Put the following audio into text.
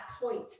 point